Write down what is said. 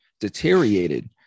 deteriorated